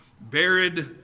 buried